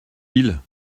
ils